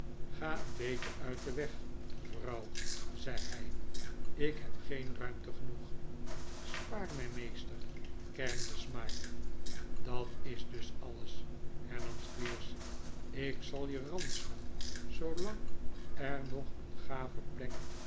ga een beetje uit den weg vrouw zei hij ik heb geen ruimte genoeg spaar mij meester kermde smike dat is dus alles hernam squeers ik zal je ranselen zoolang er nog een gave plek